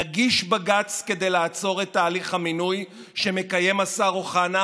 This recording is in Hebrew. נגיש בג"ץ כדי לעצור את תהליך המינוי שמקיים השר אוחנה,